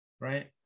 Right